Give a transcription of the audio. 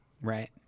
Right